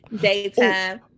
daytime